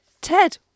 Ted